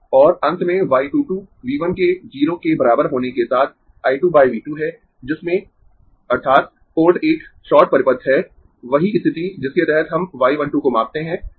और अंत में y 2 2 V 1 के 0 के बराबर होने के साथ I 2 V 2 है जिसमें अर्थात् पोर्ट 1 शॉर्ट परिपथ है वही स्थिति जिसके तहत हम y 1 2 को मापते है